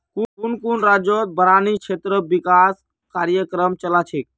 कुन कुन राज्यतत बारानी क्षेत्र विकास कार्यक्रम चला छेक